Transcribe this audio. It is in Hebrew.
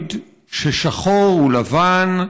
להגיד ששחור הוא לבן,